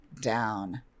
down